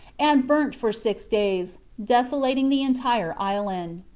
and burnt for six days, desolating the entire island.